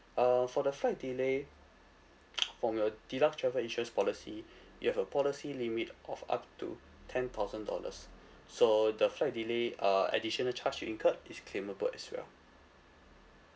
uh for the flight from your deluxe travel insurance policy you have a policy limit of up to ten thousand dollars so the flight delay uh additional charge you incurred is claimable as well